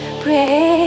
pray